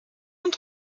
und